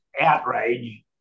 outrage